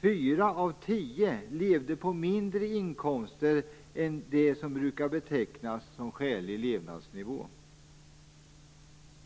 Fyra av tio levde på mindre inkomster än det som brukar betecknas som skälig levnadsnivå.